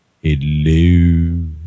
Hello